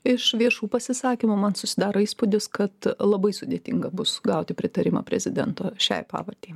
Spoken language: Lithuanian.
iš viešų pasisakymų man susidaro įspūdis kad labai sudėtinga bus gauti pritarimą prezidento šiai pavardei